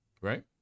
Right